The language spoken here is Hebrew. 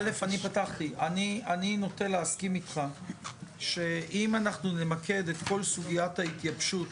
אני נוטה להסכים איתך שאם אנחנו נמקד את כל סוגיית ההתייבשות